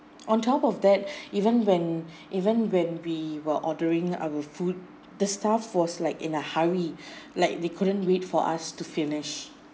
on top of that even when even when we were ordering our food the staff was like in a hurry like they couldn't wait for us to finish